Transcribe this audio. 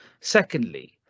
Secondly